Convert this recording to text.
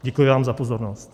Děkuji vám za pozornost.